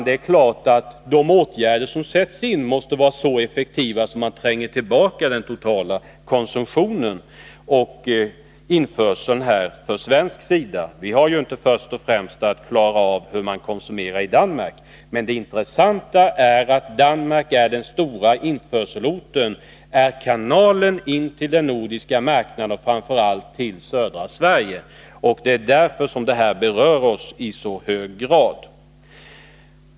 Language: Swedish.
Det är klart att de åtgärder som sätts in måste vara så effektiva att de tränger tillbaka den totala konsumtionen och införseln till den svenska sidan. Vi har inte till uppgift att först och främst bry oss om konsumtionen i Danmark. Det intressanta är att Danmark är den stora införselkanalen till den nordiska marknaden och framför allt södra Sverige. Därför berör förhållandena i Danmark oss i så hög grad.